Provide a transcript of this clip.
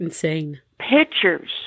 pictures